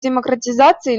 демократизации